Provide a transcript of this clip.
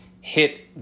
hit